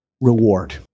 reward